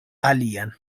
alian